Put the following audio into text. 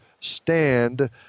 stand